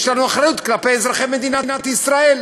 יש לנו אחריות כלפי אזרחי מדינת ישראל.